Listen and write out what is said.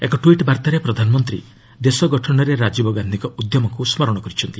ଏକ ଟ୍ୱିଟ୍ ବାର୍ତ୍ତାରେ ପ୍ରଧାନମନ୍ତ୍ରୀ ଦେଶ ଗଠନରେ ରାଜୀବ ଗାନ୍ଧୀଙ୍କ ଉଦ୍ୟମକୁ ସ୍କରଣ କରିଛନ୍ତି